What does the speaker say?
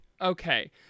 Okay